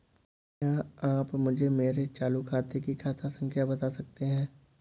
क्या आप मुझे मेरे चालू खाते की खाता संख्या बता सकते हैं?